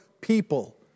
people